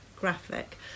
graphic